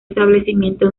establecimiento